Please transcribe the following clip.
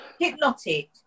Hypnotic